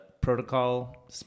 protocol